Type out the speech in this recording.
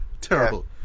Terrible